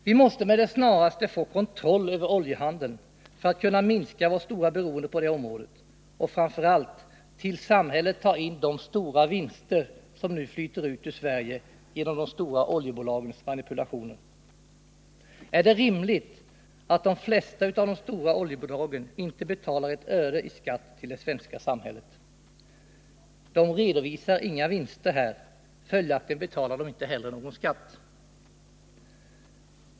Vi måste med det snaraste få kontroll över oljehandeln för att kunna minska vårt stora beroende på det området och, framför allt, till samhället ta in de stora vinster som nu flyter ut ur Sverige genom de stora oljebolagens manipulationer. Är det rimligt att de flesta av de stora oljebolagen inte betalar ett öre i skatt till det svenska samhället? De redovisar inga vinster här, och följaktligen betalar de inte heller någon skatt.